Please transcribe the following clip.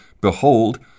Behold